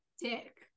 Dick